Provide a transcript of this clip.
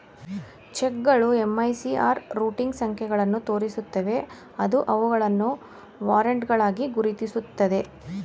ಚೆಕ್ಗಳು MICR routing ಸಂಖ್ಯೆಗಳನ್ನು ತೋರಿಸುತ್ತವೆ ಅದು ಅವುಗಳನ್ನು ವಾರೆಂಟ್ಗಳಾಗಿ ಗುರುತಿಸುತ್ತದೆ